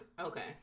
Okay